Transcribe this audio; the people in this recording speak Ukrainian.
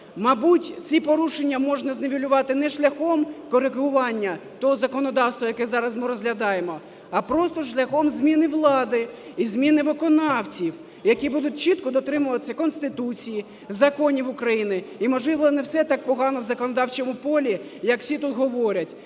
Мабуть, ці порушення можна знівелювати не шляхом корегування того законодавства, яке зараз ми розглядаємо, а просто шляхом зміни влади і зміни виконавців, які будуть чітко дотримуватися Конституції, законів України і, можливо, не все так погано в законодавчому полі, як всі тут говорять.